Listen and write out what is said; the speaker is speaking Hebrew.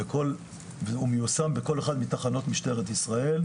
הוא מיושם בכל אחת מתחנות משטרת ישראל,